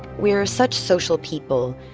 we are such social people.